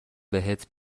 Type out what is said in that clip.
بهت